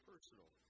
Personal